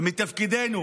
ומתפקידנו